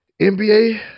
NBA